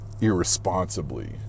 irresponsibly